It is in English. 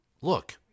look